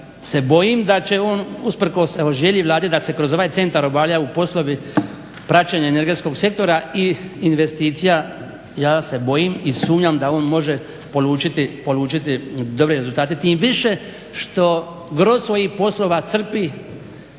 se bojim da će on usprkos evo želji Vlade da se kroz ovaj centar obavljaju poslovi praćenja energetskog sektora i investicija ja se bojim i sumnjam da on može polučiti dobre rezultate tim više što gro svojih poslova crpi